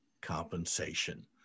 compensation